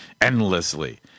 Endlessly